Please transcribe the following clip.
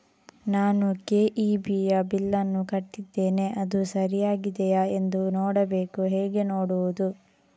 ನಾನು ಕೆ.ಇ.ಬಿ ಯ ಬಿಲ್ಲನ್ನು ಕಟ್ಟಿದ್ದೇನೆ, ಅದು ಸರಿಯಾಗಿದೆಯಾ ಎಂದು ನೋಡಬೇಕು ಹೇಗೆ ನೋಡುವುದು?